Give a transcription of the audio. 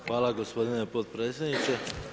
Hvala gospodine potpredsjedniče.